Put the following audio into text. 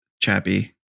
chappy